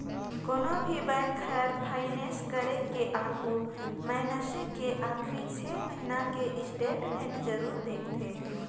कोनो भी बेंक हर फाइनेस करे के आघू मइनसे के आखरी छे महिना के स्टेटमेंट जरूर देखथें